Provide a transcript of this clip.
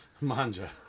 Manja